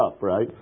right